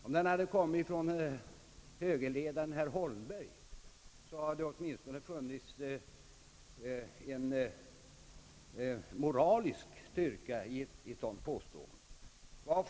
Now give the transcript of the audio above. Om den hade kommit från högerledaren, herr Holmberg, hade det åtminstone funnits en moralisk styrka i ett sådant påstående.